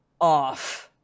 off